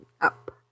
up